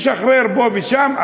משחרר פה ושם,